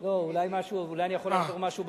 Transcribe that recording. לא, אולי אני יכול לעזור משהו בפריימריז,